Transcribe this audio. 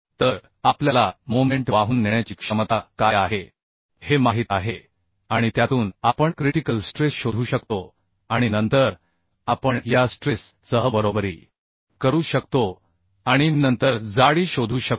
तर आपल्याला मोमेंट वाहून नेण्याची क्षमता काय आहे हे माहित आहे आणि त्यातून आपण क्रिटिकल स्ट्रेस शोधू शकतो आणि नंतर आपण या स्ट्रेस सह बरोबरी करू शकतो आणि नंतर जाडी शोधू शकतो